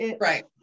right